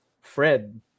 Fred